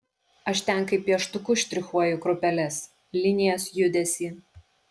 aš ten kaip pieštuku štrichuoju grupeles linijas judesį